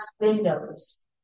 windows